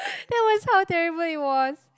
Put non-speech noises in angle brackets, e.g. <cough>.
<breath> that was how terrible it was